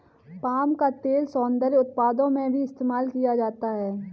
palm का तेल सौन्दर्य उत्पादों में भी इस्तेमाल किया जाता है